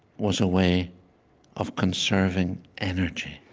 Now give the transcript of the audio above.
was a way of conserving energy.